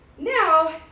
Now